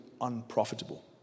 unprofitable